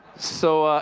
so,